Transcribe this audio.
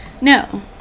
No